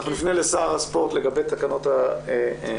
אנחנו נפנה לשר הספורט לגבי תקנות התמיכה